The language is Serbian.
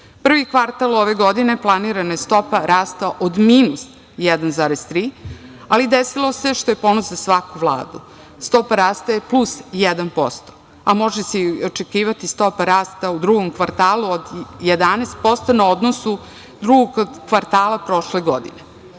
Prvi kvartal ove godine – planirana je stopa rasta od minus 1,3, ali desilo se, što je ponos za svaku Vladu, stopa rasta je plus 1%, a može se i očekivati stopa rasta u drugom kvartalu od 11% na odnosu drugog kvartala prošle godine. Time